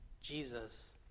Jesus